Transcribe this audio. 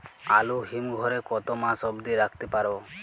আলু হিম ঘরে কতো মাস অব্দি রাখতে পারবো?